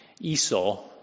Esau